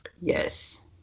Yes